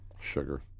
Sugar